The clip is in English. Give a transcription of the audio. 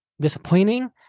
disappointing